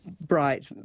bright